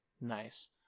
Nice